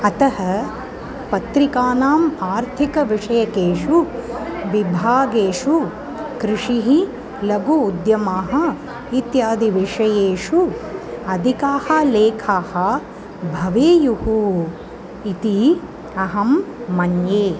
अतः पत्रिकानाम् आर्थिक विषयेषु विभागेषु कृषिः लघु उद्यमः इत्यादि विषयेषु अधिकाः लेखाः भवेयुः इति अहं मन्ये